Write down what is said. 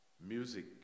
music